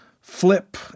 flip